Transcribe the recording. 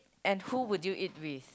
and who would you eat with